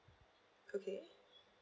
okay